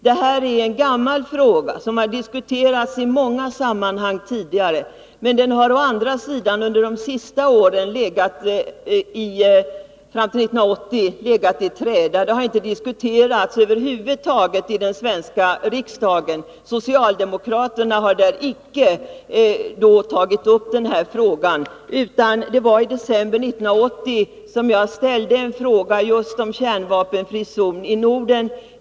Det här är en gammal fråga som har diskuterats i många tidigare sammanhang, men under 1970-talets senaste år låg den i träda. Den diskuterades då över huvud taget inte i den svenska riksdagen och inte heller inom socialdemokratin. Det var jag som i december 1980 ställde en fråga om Norden som en kärnvapenfri zon.